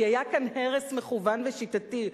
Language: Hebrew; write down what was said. כי היה כאן הרס מכוון ושיטתי,